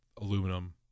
aluminum